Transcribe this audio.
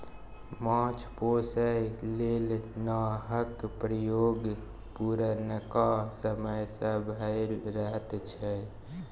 माछ पोसय लेल नाहक प्रयोग पुरनका समय सँ भए रहल छै